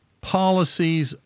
policies